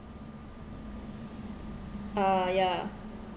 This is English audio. ah ya